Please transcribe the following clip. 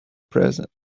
present